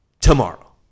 tomorrow